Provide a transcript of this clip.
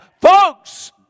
Folks